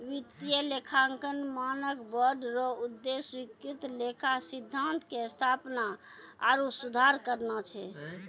वित्तीय लेखांकन मानक बोर्ड रो उद्देश्य स्वीकृत लेखा सिद्धान्त के स्थापना आरु सुधार करना छै